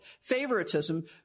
Favoritism